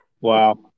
Wow